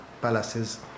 palaces